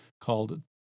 called